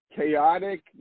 chaotic